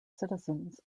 citizens